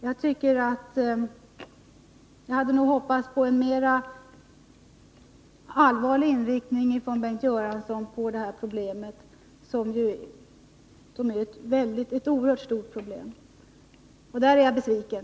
Jag hade hoppats på en mer allvarlig inriktning på det här oerhört stora problemet från Bengt Göranssons sida — där är jag besviken.